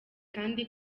kandi